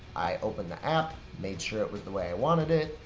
i open the app, made sure it was the way i wanted it,